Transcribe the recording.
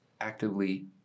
actively